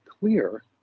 clear